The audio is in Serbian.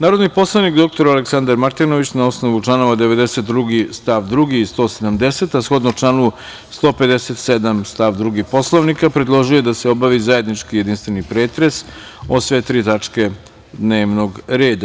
Narodni poslanik dr Aleksandar Martinović, na osnovu članova 92. stav 2. i 170. a shodno članu 157. stav 2. Poslovnika predložio je da se obavi zajednički, jedinstveni pretres o sve tri tačke dnevnog reda.